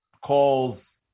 calls